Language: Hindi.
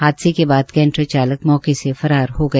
हादसे के बाद कैंटर मौके से फरार हो गया